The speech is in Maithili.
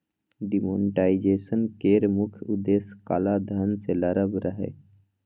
डिमोनेटाईजेशन केर मुख्य उद्देश्य काला धन सँ लड़ब रहय